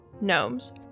gnomes